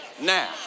now